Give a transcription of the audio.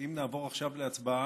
האם נעבור עכשיו להצבעה?